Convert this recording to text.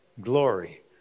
glory